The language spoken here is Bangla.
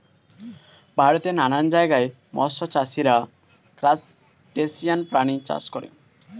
ভারতের নানান জায়গায় মৎস্য চাষীরা ক্রাসটেসিয়ান প্রাণী চাষ করে